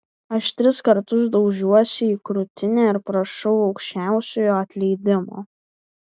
aš tris kartus daužiuosi į krūtinę ir prašau aukščiausiojo atleidimo